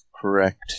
correct